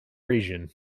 region